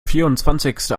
vierundzwanzigste